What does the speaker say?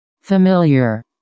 Familiar